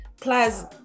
plus